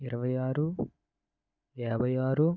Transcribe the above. ఇరవై ఆరు యాభై ఆరు